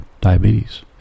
diabetes